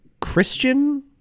Christian